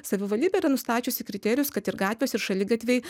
savivaldybė yra nustačiusi kriterijus kad ir gatvės ir šaligatviai